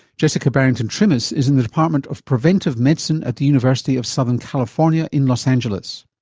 jessica barrington-trimmis is in the department of preventive medicine at the university of southern california in los angeles.